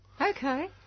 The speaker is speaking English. Okay